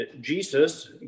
Jesus